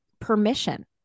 permission